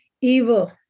evil